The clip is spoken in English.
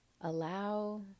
allow